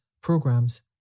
programs